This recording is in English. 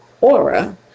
aura